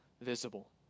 visible